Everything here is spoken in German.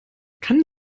kann